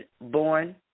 born